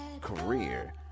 career